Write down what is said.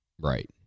Right